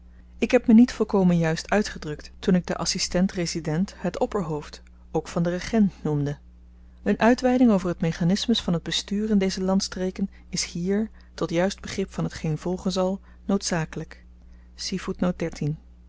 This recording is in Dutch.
ik heb me niet volkomen juist uitgedrukt toen ik den adsistent resident het opperhoofd ook van den regent noemde een uitweiding over t mechanismus van het bestuur in deze landstreken is hier tot juist begrip van hetgeen volgen zal noodzakelyk